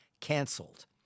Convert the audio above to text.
canceled